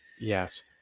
Yes